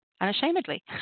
unashamedly